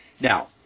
Now